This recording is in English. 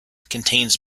contains